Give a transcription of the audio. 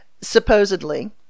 supposedly